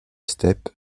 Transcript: steppe